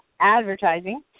advertising